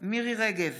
מירי מרים רגב,